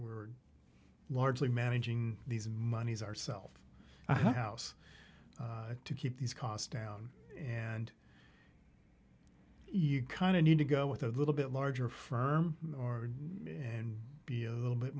we're largely managing these monies ourself house to keep these costs down and you kind of need to go with a little bit larger firm or and be a little bit